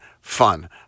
fun